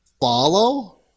follow